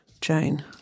Jane